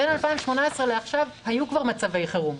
בין 2018 להיום היו כבר מצבי חירום.